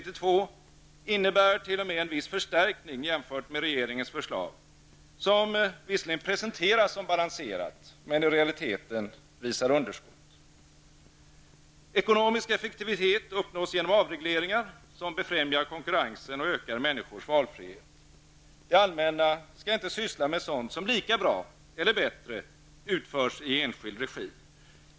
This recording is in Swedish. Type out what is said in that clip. innebär t.o.m. en viss förstärkning jämfört med regeringens förslag, som visserligen presenteras som balanserat men i realiteten visar ett underskott. Ekonomisk effektivitet uppnås genom avregleringar, som befrämjar konkurrensen och ökar människors valfrihet. Det allmänna skall inte syssla med sådant som lika bra eller bättre utförs i enskild regi.